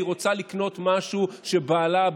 היא רוצה לקנות משהו שבעלה,